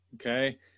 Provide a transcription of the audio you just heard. Okay